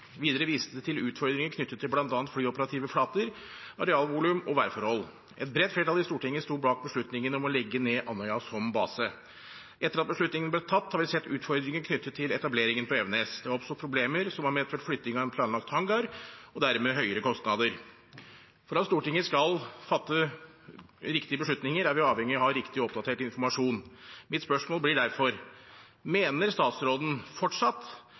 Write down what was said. Videre vises det til utfordringer knyttet til bl.a. flyoperative flater, arealvolum og værforhold. Et bredt flertall i Stortinget sto bak beslutningen om å legge ned Andøya som base. Etter at beslutningen ble tatt, har vi sett utfordringer knyttet til etableringen på Evenes. Det har oppstått problemer som har medført flytting av en planlagt hangar og dermed høyere kostnader. For at Stortinget skal fatte riktige beslutninger, er vi avhengig av å ha riktig og oppdatert informasjon. Mitt spørsmål blir derfor: Mener statsråden fortsatt